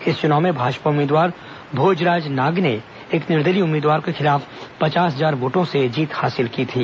इस चुनाव में भाजपा उम्मीदवार भोजराज नाग ने एक निर्दलीय उम्मीदवार के खिलाफ पचास हजार वोटों से जीत हासिल की थी